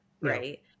Right